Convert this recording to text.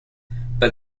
but